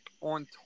on